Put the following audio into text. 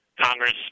Congress